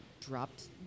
dropped